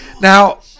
Now